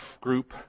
Group